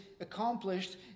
accomplished